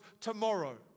tomorrow